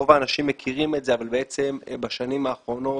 רוב האנשים מכירים את זה אבל בעצם בשנים האחרונות,